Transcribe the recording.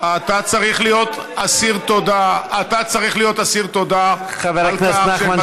אתה צריך להיות אסיר תודה על כך,